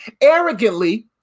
arrogantly